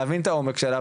להבין את העומק שלה,